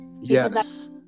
Yes